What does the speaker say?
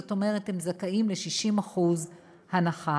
זאת אומרת הם זכאים ל-60% הנחה.